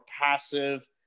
passive